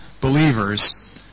believers